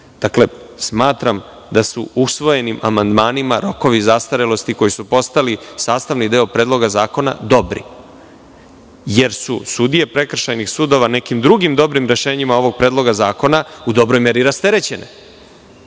smatram da su usvojenim amandmanima rokovi zastarelosti, koji su postali sastavni deo Predloga zakona, dobri, jer su sudije prekršajnih sudova nekim drugim dobrim rešenjima ovog predloga zakona u dobroj meri rasterećene,